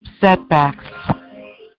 Setbacks